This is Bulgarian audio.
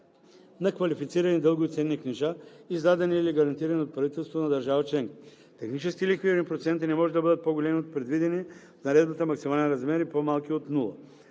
на квалифицирани дългови ценни книжа, издадени или гарантирани от правителство на държава членка. Техническите лихвени проценти не може да бъдат по-големи от предвидения в наредбата максимален размер и по-малки от